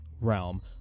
realm